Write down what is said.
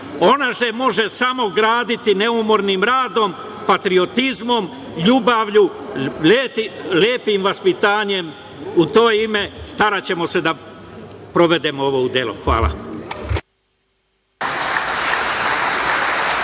Ona se može samo graditi neumornim radom, patriotizmom, ljubavlju i lepim vaspitanjem. U to ime staraćemo se da sprovedemo ovo u delo. Hvala.